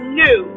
new